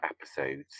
episodes